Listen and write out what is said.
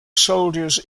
soldiers